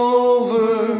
over